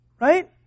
Right